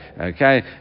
Okay